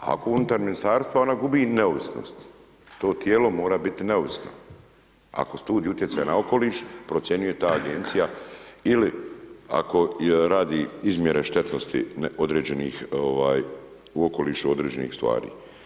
Ako je unutar ministarstva ona gubi neovisnost, to tijelo mora biti neovisno, ako studij utjecaja na okoliš procjenjuje ta agencija ili ako radi izmjere štetnosti određenih ovaj u okolišu određenih stvari.